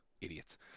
idiots